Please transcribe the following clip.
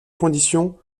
conditions